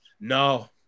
No